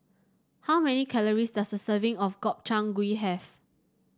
how many calories does a serving of Gobchang Gui have